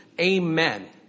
amen